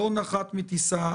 לא נחת מטיסה,